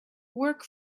work